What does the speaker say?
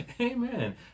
amen